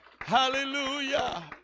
Hallelujah